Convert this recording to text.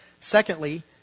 Secondly